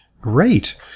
Great